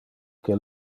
que